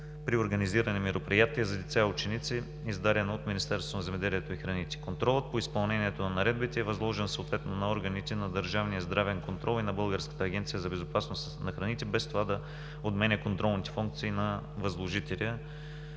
при организирани мероприятия за деца и ученици, издадена от Министерството на земеделието и храните. Контролът по изпълнението на наредбите е възложен съответно на органите на държавния здравен контрол и на Българската агенция за безопасност на храните без това да отменя контролните функции на възложителя,